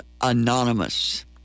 Anonymous